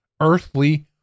earthly